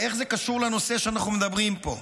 ואיך זה קשור לנושא שאנחנו מדברים עליו פה?